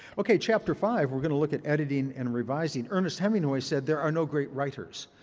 okay, chapter five, we're going to look at editing and revising. ernest hemingway said, there are no great writers.